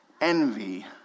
envy